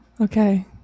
Okay